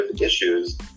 issues